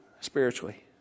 spiritually